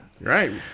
right